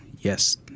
Yes